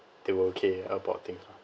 they were okay about things